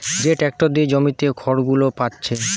যে ট্যাক্টর দিয়ে জমিতে খড়গুলো পাচ্ছে